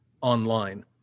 online